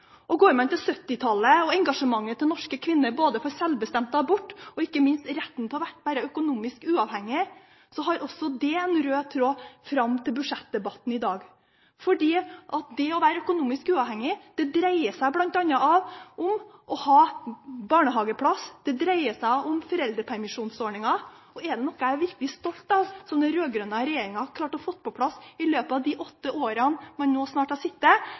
Og går man til 1970-tallet og engasjementet til norske kvinner både for sjølbestemt abort og ikke minst retten til å være økonomisk uavhengig, går det også der en rød tråd fram til budsjettdebatten i dag. For det å være økonomisk uavhengig dreier seg bl.a. om å ha barnehageplass og om foreldrepermisjonsordninger. Er det noe jeg er virkelig stolt av at den rød-grønne regjeringa har klart å få på plass i løpet av de åtte årene den nå snart har sittet,